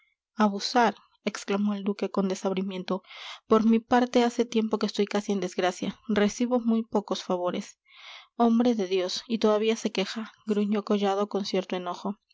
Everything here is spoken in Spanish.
abusar exclamó el duque con desabrimiento por mi parte hace tiempo que estoy casi en desgracia recibo muy pocos favores hombre de dios y todavía se queja gruñó collado con cierto enojo